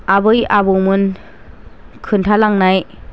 आबै आबौमोन खोन्थालांनाय